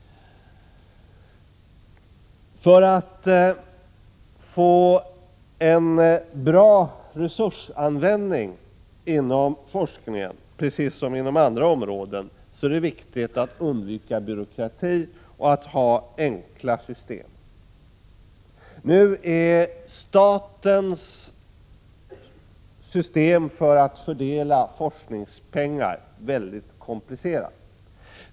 För att få en bra användning av resurser inom forskningen, precis som inom andra områden, är det viktigt att ha enkla system och undvika byråkrati. Statens system för att fördela pengar till forskningen är mycket komplicerat.